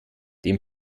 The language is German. den